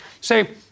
Say